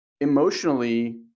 emotionally